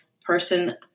person